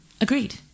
Agreed